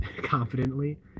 confidently